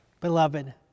Beloved